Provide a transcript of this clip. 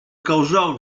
causò